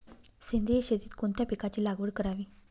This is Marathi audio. सेंद्रिय शेतीत कोणत्या पिकाची लागवड करावी?